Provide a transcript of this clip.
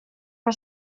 for